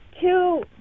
two